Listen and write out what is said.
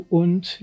und